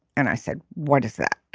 and i said what is that.